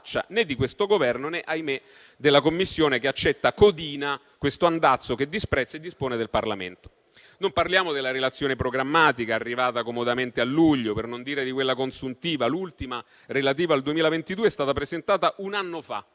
né di questo Governo né - ahimè - della Commissione, che accetta codina questo andazzo che disprezza e dispone del Parlamento. Non parliamo della Relazione programmatica, arrivata comodamente a luglio, per non dire di quella consuntiva. L'ultima, relativa al 2022, è stata presentata un anno fa,